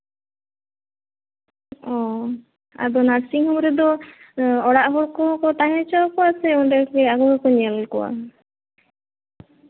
ᱚ ᱟᱫᱚ nursing home ᱨᱮᱫᱚ ᱚᱲᱟᱜ ᱦᱚᱲ ᱠᱚᱦᱚᱸ ᱛᱟᱦᱮᱸ ᱦᱚᱪᱚ ᱠᱚᱣᱟ ᱥᱮ ᱚᱸᱰᱮ ᱟᱠᱚ ᱜᱮᱠᱚ ᱧᱮᱞ ᱠᱚᱣᱟ